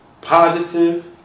positive